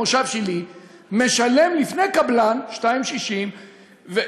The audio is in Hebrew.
המושב שלי משלם לפני קבלן 2.60 שקלים,